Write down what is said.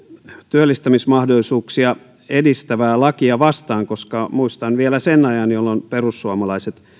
työllistämismahdollisuuksia edistävää lakia vastaan koska muistan vielä sen ajan jolloin perussuomalaiset